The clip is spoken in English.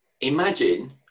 Imagine